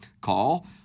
Call